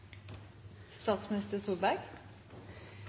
statsminister Solberg.